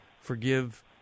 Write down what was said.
forgive